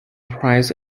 prize